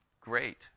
Great